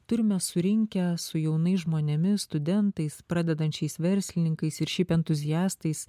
turime surinkę su jaunais žmonėmis studentais pradedančiais verslininkais ir šiaip entuziastais